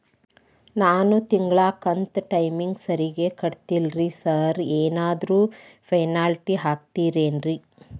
ನಾನು ತಿಂಗ್ಳ ಕಂತ್ ಟೈಮಿಗ್ ಸರಿಗೆ ಕಟ್ಟಿಲ್ರಿ ಸಾರ್ ಏನಾದ್ರು ಪೆನಾಲ್ಟಿ ಹಾಕ್ತಿರೆನ್ರಿ?